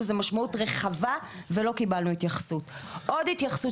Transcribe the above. היתה גם התייעצות